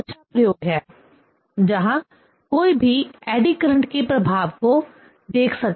यह बहुत अच्छा प्रयोग है जहां कोई भी एडी करंट के प्रभाव को देख सकता है